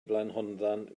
blaenhonddan